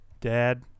Dad